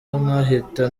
nkahita